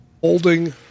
holding